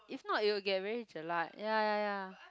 if not it will get very jelat ya ya ya